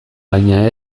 baina